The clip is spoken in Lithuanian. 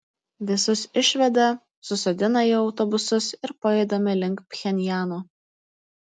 visus išveda susodina į autobusus ir pajudame link pchenjano